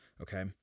Okay